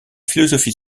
philosophie